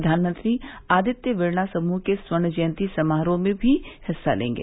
प्रधानमंत्री आदित्य बिड़ला समूह के स्वर्ण जयंती समारोह में भी हिस्सा लेंगे